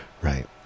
right